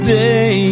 day